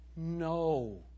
No